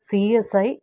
C S I